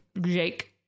Jake